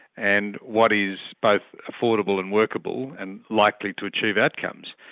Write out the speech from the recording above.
and what is both affordable and workable, and likely to achieve outcomes.